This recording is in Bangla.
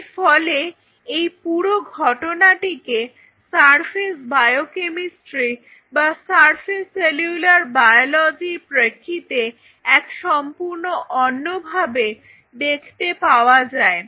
এর ফলে এই পুরো ঘটনাটি কে সারফেস বায়োকেমিস্ট্রি বা সারফেস সেলুলার বায়োলজির প্রেক্ষিতে এক সম্পূর্ণ অন্যভাবে দেখতে পাওয়া যায়